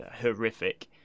horrific